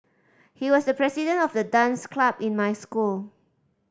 he was the president of the dance club in my school